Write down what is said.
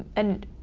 and